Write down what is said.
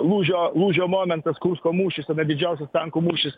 lūžio lūžio momentas kursko mūšis tada didžiausias tankų mūšis